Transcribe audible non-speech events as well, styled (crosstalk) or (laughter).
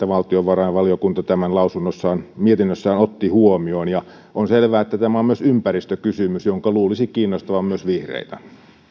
(unintelligible) valtiovarainvaliokunta tämän mietinnössään otti huomioon on selvää että tämä on myös ympäristökysymys jonka luulisi kiinnostavan myös vihreitä